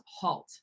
HALT